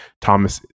Thomas